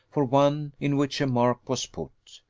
for one in which a mark was put.